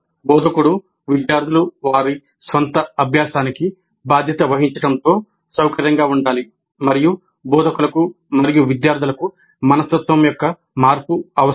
బోధకుడు విద్యార్థులు వారి స్వంత అభ్యాసానికి బాధ్యత వహించడంతో సౌకర్యంగా ఉండాలి మరియు బోధకులకు మరియు విద్యార్థులకు మనస్తత్వం యొక్క మార్పు అవసరం